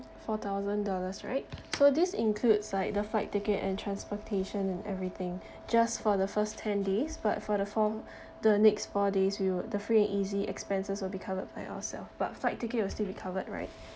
four thousand dollars right so this include like the flight ticket and transportation and everything just for the first ten days but for the four the next four days we'll the free and easy expenses will be covered by ourselves but flight ticket will still be covered right